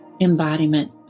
embodiment